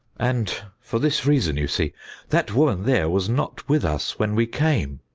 and for this reason, you see that woman there was not with us when we came.